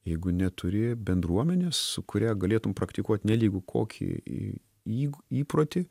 jeigu neturi bendruomenės su kuria galėtum praktikuot nelygu kokį į įprotį